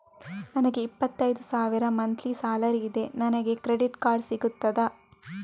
ನನಗೆ ಇಪ್ಪತ್ತೈದು ಸಾವಿರ ಮಂತ್ಲಿ ಸಾಲರಿ ಇದೆ, ನನಗೆ ಕ್ರೆಡಿಟ್ ಕಾರ್ಡ್ ಸಿಗುತ್ತದಾ?